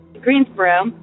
Greensboro